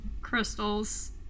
crystals